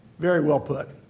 very well put.